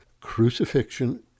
crucifixion